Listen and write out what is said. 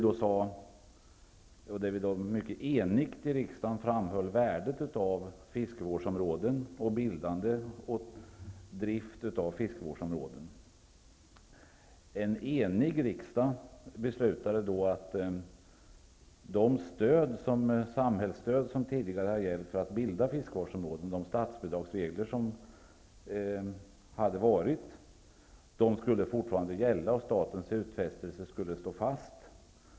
Då framhöll en mycket enig riksdag värdet av fiskevårdsområden och bildande och drift av fiskevårdsområden. En enig riksdag beslutade att de samhällsstöd som tidigare hade gällt för att bilda fiskevårdsområden och de statsbidragsregler som hade funnits skulle fortsätta att gälla. Statens utfästelser skulle stå fast.